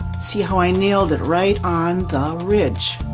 see how i nailed it right on the ridge.